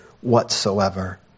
whatsoever